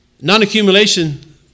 Non-accumulation